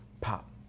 pop